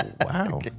wow